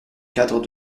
cadre